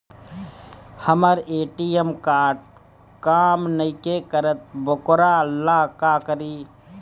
हमर ATM card काम नईखे करत वोकरा ला का करी?